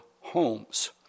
homes